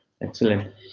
excellent